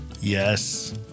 Yes